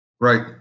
Right